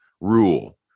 rule